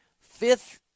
Fifth